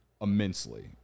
immensely